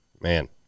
Man